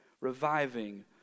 reviving